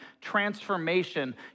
transformation